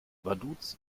vaduz